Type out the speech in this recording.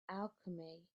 alchemy